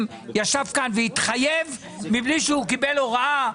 ישב כאן והתחייב מבלי שהוא קיבל הוראה.